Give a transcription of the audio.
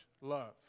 love